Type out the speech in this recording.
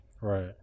Right